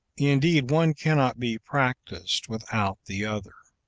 indeed, one cannot be practised without the other.